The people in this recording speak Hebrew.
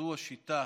זו השיטה